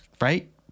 right